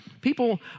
People